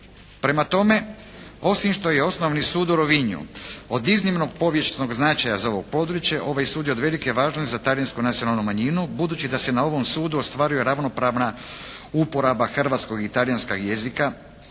Prema tome osim što je osnovni sud u Rovinju od iznimnog povijesnog značaja za ovo područje ovaj sud je od velike važnosti za talijansku nacionalnu manjinu, budući da se na ovom sudu ostvaruju ravnopravna uporaba hrvatskog i talijanskog jezika,